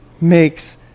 makes